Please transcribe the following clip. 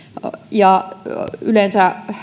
ja yleensä